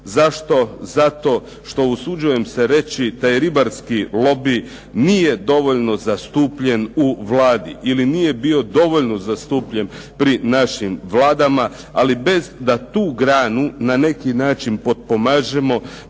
Zašto? Zato što, usuđujem se reći, da je ribarski lobi nije dovoljno zastupljen u Vladi ili nije bio dovoljno zastupljen pri našim vladama, ali bez da tu granu na neki način potpomažemo.